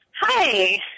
Hi